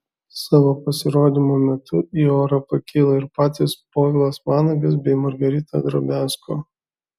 savo pasirodymo metu į orą pakilo ir patys povilas vanagas bei margarita drobiazko